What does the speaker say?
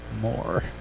more